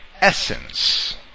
essence